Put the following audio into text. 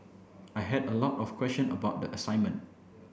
I had a lot of question about the assignment